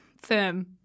firm